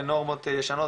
לנורמות ישנות,